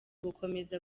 gukomeza